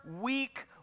weak